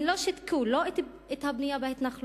הם לא שיתקו לא את הבנייה בהתנחלויות,